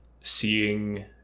seeing